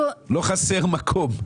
לא חסר המקום.